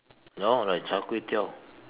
no like Char-Kway-Teow